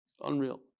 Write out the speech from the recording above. Unreal